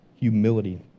humility